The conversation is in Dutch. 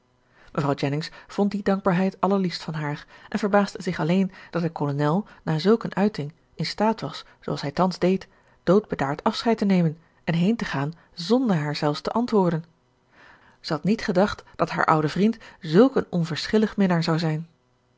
mevrouw jennings vond die dankbaarheid allerliefst van haar en verbaasde zich alleen dat de kolonel na zulk eene uiting in staat was zooals hij thans deed doodbedaard afscheid te nemen en heen te gaan zonder haar zelfs te antwoorden zij had niet gedacht dat haar oude vriend zulk een onverschillig minnaar zou zijn